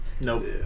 Nope